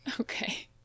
Okay